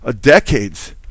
decades